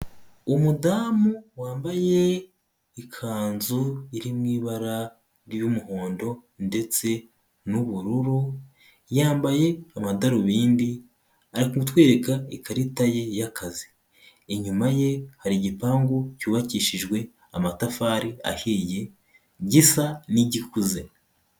Umudamu wambaye ikanzu iri mu ibara ry'umuhondo ndetse n'ubururu, yambaye amadarubindi ari gutwereka ikarita ye y'akazi, inyuma ye hari igipangu cyubakishijwe amatafari ahiye gisa n'igikuze.